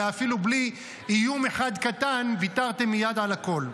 הרי אפילו בלי איום אחד קטן ויתרתם מייד על הכול.